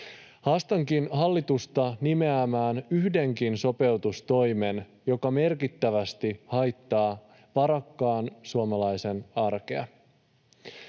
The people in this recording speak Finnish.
Haastankin hallitusta nimeämään yhdenkin sopeutustoimen, joka merkittävästi haittaa varakkaan suomalaisen arkea.